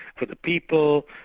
for the people